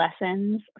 lessons